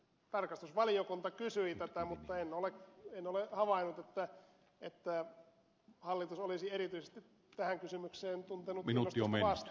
tarkastusvaliokunta kysyi tätä mutta en ole havainnut että hallitus olisi erityisesti tähän kysymykseen tuntenut kiinnostusta vastata